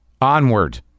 onward